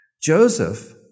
Joseph